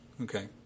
Okay